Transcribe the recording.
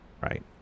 Right